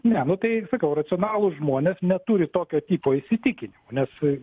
ne nu tai sakau racionalūs žmonės neturi tokio tipo įsitikinimų nes